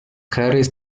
harris